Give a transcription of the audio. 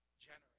generous